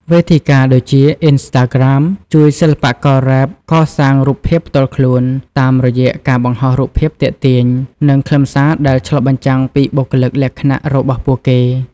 វេទិកាដូចជា អុីនស្តាក្រាម ជួយសិល្បកររ៉េបកសាងរូបភាពផ្ទាល់ខ្លួន តាមរយៈការបង្ហោះរូបភាពទាក់ទាញ និងខ្លឹមសារដែលឆ្លុះបញ្ចាំងពីបុគ្គលិកលក្ខណៈរបស់ពួកគេ។